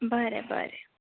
बरें बरें